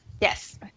Yes